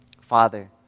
Father